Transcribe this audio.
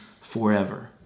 forever